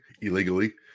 illegally